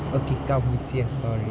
okay come we say a story